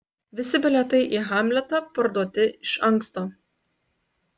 visi bilietai į hamletą parduoti iš anksto